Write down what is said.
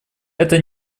это